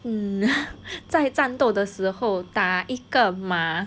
嗯在战斗的时候打一个马